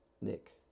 Nick